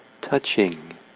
touching